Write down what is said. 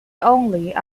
only